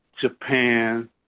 Japan